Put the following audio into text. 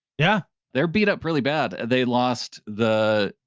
yeah. they're beat up really bad. they lost the,